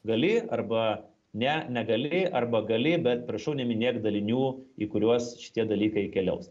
gali arba ne negali arba gali bet prašau neminėk dalinių į kuriuos šitie dalykai keliaus